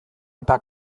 eta